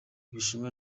bushinwa